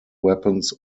weapons